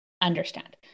understand